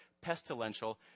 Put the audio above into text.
pestilential